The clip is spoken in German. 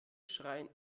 schreien